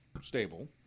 stable